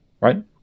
right